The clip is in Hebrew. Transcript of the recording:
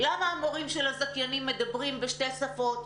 למה המורים של הזכיינים מדברים בשתי שפות.